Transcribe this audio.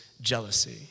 jealousy